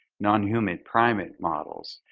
nonhuman primate models,